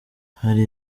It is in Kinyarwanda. hari